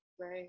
right